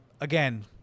Again